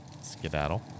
skedaddle